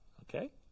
Okay